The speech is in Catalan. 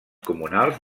comunals